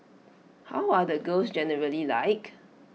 how are the girls generally like